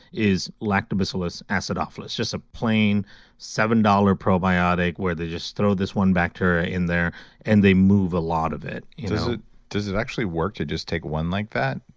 is lactobacillus acidophilus, just a plain seven dollars probiotic where they just throw this one bacteria in there and they move a lot of it does it actually work to just take one like that?